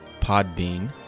Podbean